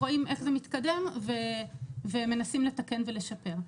רואים איך זה מתקדם ומנסים לתקן ולשפר.